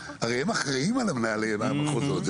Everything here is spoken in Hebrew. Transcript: הרי הם אחראים על מנהלי המחוזות,